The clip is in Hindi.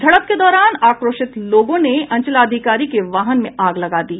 झड़प के दौरान आक्रोशित लोगों ने अंचलाधिकारी के वाहन में आग लगा दी